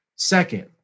Second